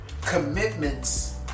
commitments